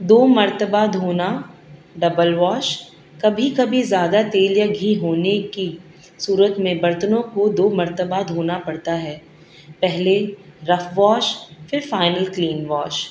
دو مرتبہ دھونا double wash کبھی کبھی زیادہ تیل یا گھی ہونے کی صورت میں برتنوں کو دو مرتبہ دھونا پڑتا ہے پہلے رف واش پر فائنل کلین واش